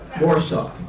Warsaw